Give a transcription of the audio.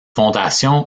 fondation